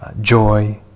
joy